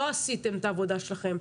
לא עשיתם את העבודה שלכם.